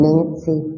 Nancy